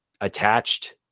attached